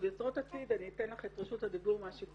יוצרות עתיד אני אתן לך את רשות הדיבור מהשיקום,